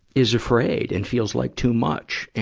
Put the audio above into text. is afraid and feels like too much